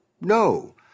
No